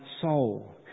soul